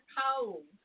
cold